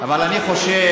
אבל אני חושב